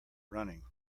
running